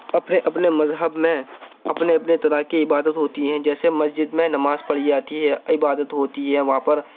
اپنے اپنے مذہب میں اپنے اپنے طرح کی عبادت ہوتی ہیں جیسے مسجد میں نماز پڑھی جاتی ہے عبادت ہوتی ہے وہاں پر